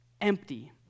Empty